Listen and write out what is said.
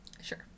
Sure